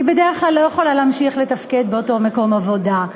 היא בדרך כלל לא יכולה להמשיך לתפקד באותו מקום עבודה.